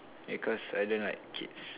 because I don't like kids